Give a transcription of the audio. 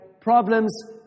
problems